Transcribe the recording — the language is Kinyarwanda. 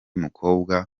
mukobwa